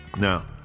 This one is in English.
Now